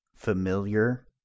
familiar